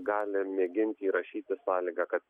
gali mėginti įrašyti sąlygą kad